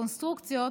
קונסטרוקציות,